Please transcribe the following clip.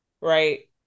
right